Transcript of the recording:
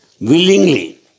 willingly